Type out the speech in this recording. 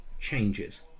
changes